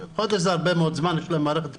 חודש זה הרבה מאוד זמן, לדעתי.